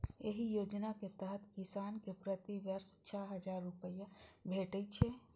एहि योजना के तहत किसान कें प्रति वर्ष छह हजार रुपैया भेटै छै